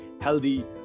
healthy